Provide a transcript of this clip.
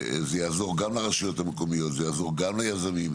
זה יעזור גם לרשויות המקומיות וזה יעזור גם ליזמים.